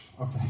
Okay